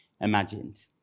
imagined